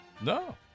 No